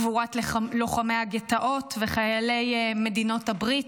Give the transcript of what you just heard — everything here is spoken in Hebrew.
גבורת לוחמי הגטאות וחיילי מדינות הברית,